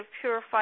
purified